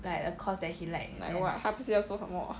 like what 他不是要做什么